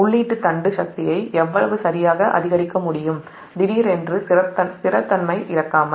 உள்ளீட்டு தண்டு சக்தியை எவ்வளவு சரியாக அதிகரிக்க முடியும் திடீரென்று நிலைத்தன்மை இழக்காமல்